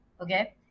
Okay